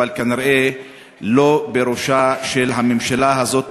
אבל כנראה לא בראשה של הממשלה הזאת,